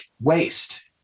waste